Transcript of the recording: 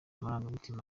amarangamutima